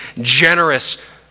generous